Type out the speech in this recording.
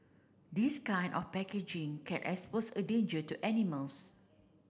this kind of packaging can expose a danger to animals